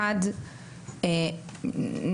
האחד,